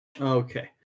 Okay